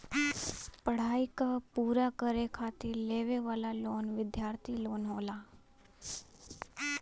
पढ़ाई क पूरा करे खातिर लेवे वाला लोन विद्यार्थी लोन होला